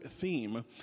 theme